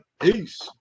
Peace